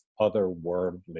otherworldly